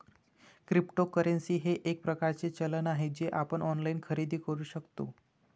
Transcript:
cryptocurrency हे एक प्रकारचे चलन आहे जे आपण ऑनलाइन खरेदी करू शकता